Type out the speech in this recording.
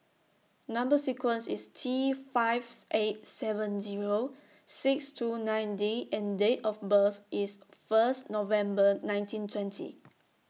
Number sequence IS T five eight seven Zero six two nine D and Date of birth IS First November nineteen twenty